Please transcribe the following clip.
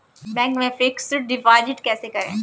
Bank में fix deposit कैसे करें?